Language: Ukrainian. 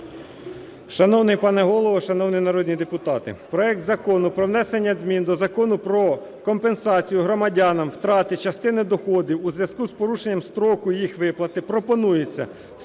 Шановний пане Голово, шановні народні депутати! Проект Закону про внесення змін до Закону "Про компенсацію громадянам втрати частини доходів у зв'язку з порушенням строків їх виплати" пропонується